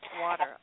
water